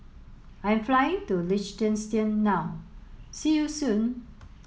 I'm flying to Liechtenstein now see you soon